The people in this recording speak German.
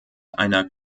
einer